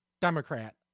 Democrat